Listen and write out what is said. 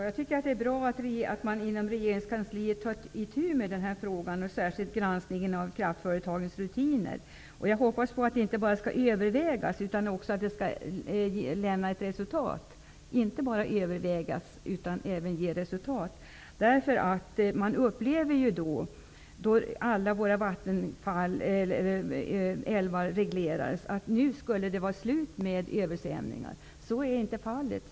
Fru talman! Det är bra att man inom regeringskansliet tar itu med denna fråga och då särskilt granskar kraftföretagens rutiner. Jag hoppas att detta skall inte bara övervägas utan också ge ett resultat. När alla våra älvar reglerades, trodde man att det skulle vara slut på översvämningarna. Så är dock inte fallet.